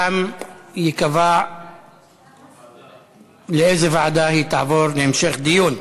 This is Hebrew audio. שם ייקבע לאיזו ועדה היא תעבור להמשך דיון.